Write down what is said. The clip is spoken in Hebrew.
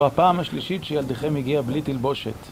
ובפעם השלישית שילדיכם הגיע בלי תלבושת.